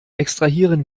extrahieren